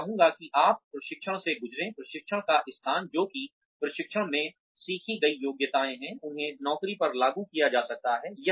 मैं चाहूँगा कि आप प्रशिक्षण से गुज़रे प्रशिक्षण का स्थान जो कि प्रशिक्षण में सीखी गई योग्यताएं हैं उन्हें नौकरी पर लागू किया जा सकता है